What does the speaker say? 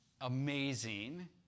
amazing